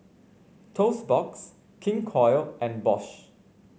Toast Box King Koil and Bosch